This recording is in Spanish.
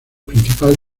principal